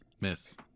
Miss